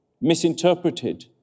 misinterpreted